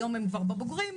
היום הם כבר בוגרים,